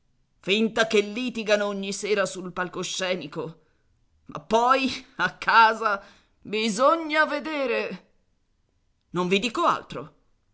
finta che litigano ogni sera sul palcoscenico ma poi a casa bisogna vedere non vi dico altro